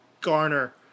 garner